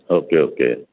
okay okay